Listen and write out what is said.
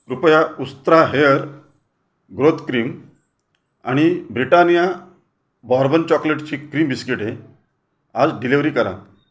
कृपया Ustraa hair growth cream आणि Britannia bourbon चॉकलेटची क्रीम बिस्किटे आज डिलिवरी करा